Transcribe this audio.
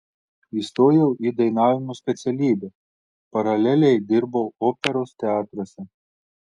įstojau į dainavimo specialybę paraleliai dirbau operos teatruose